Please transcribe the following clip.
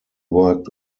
worked